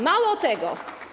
Mało tego.